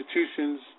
institutions